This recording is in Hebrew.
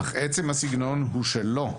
אך עצם הסגנון הוא שלו,